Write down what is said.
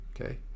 Okay